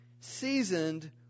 seasoned